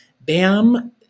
Bam